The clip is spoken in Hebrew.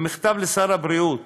במכתב לשר הבריאות